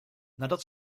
nadat